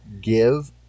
Give